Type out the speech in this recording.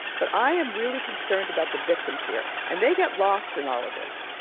but i am really concerned about the victims here. and they got lost in all of this.